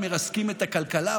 מרסקים את הכלכלה,